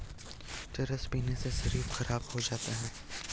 चरस पीने से शरीर खराब हो जाता है